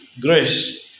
Grace